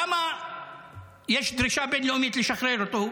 למה יש דרישה בין-לאומית לשחרר אותו?